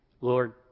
Lord